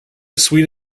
suite